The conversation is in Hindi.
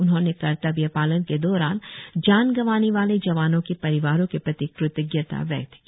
उन्होंने कर्तव्य पालन के दौरान जान गंवाने वाले जवानों के परिवारों के प्रति कृतज्ञता व्यक्त की